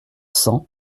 cent